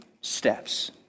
steps